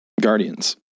guardians